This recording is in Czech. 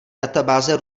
databáze